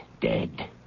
dead